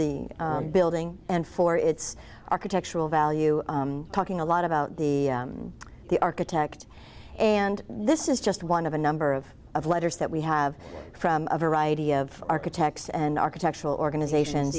the building and for its architectural value talking a lot about the the architect and this is just one of a number of of letters that we have from a variety of architects and architectural organizations